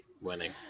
winning